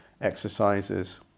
exercises